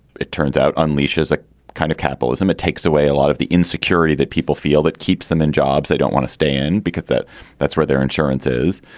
it turns out, unleashes a kind of capitalism. it takes away a lot of the insecurity that people feel that keeps them in jobs they don't want to stay in because that that's where their insurance is.